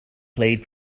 played